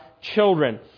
children